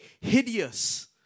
hideous